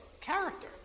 character